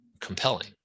compelling